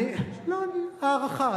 לא, הערכה.